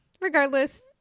regardless